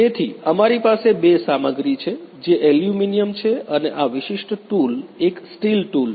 તેથી અમારી પાસે બે સામગ્રી છે જે એલ્યુમિનિયમ છે અને આ વિશિષ્ટ ટૂલ એક સ્ટીલ ટૂલ છે